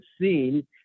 seen